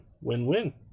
Win-win